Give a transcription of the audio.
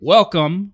Welcome